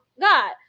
God